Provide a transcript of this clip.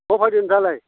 अबहाय दं नोंथाङालाय